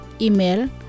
Email